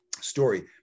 story